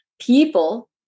People